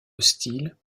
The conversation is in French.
hostile